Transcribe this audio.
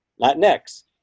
Latinx